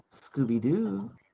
Scooby-Doo